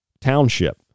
Township